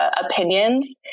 opinions